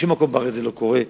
בשום מקום בארץ זה לא קורה,